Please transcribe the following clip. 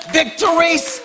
victories